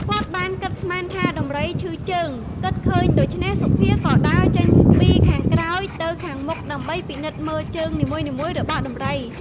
គាត់បាន គិតស្មានថាដំរីឈឺជើង គិតឃើញដូច្នេះសុភាក៏ដើរចេញពីខាងក្រោយ ទៅខាងមុខដើម្បីពិនិត្យមើលជើងនីមួយៗរបស់ដំរី ។